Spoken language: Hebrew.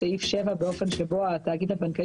בתיבת הדואר,